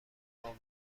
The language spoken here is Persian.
اماده